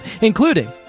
including